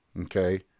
Okay